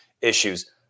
issues